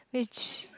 which